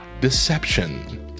deception